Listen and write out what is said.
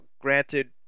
granted